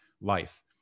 life